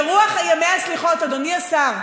ברוח ימי הסליחות, אדוני השר,